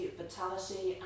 vitality